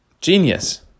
Genius